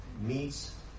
meets